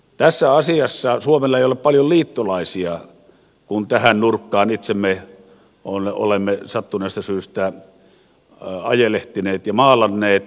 tässä asiassa suomella ei ole paljon liittolaisia kun tähän nurkkaan itsemme olemme sattuneesta syystä ajelehtineet ja maalanneet